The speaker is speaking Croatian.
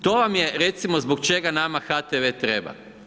To vam je, recimo, zbog čega nama HTV treba.